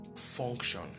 function